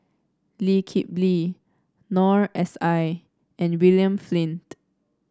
Lee Kip Lee Noor S I and William Flint